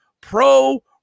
Pro